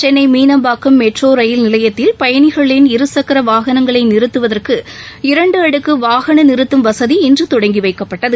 Chennai Meenambakkam metro rail நிலையத்தில் பயணிகளின் இருசக்கரவாகனங்களைநிறுத்துவதற்கு இரண்டுஅடுக்குவாகனநிறுத்தும் வசதி இன்றுதொடங்கிவைக்கப்பட்டது